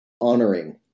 honoring